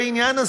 בעניין הזה.